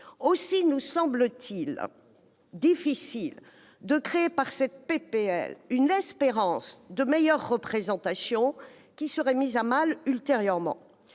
Aussi nous semble-t-il difficile de créer, par ce texte, un espoir de meilleure représentation qui serait mis à mal ultérieurement.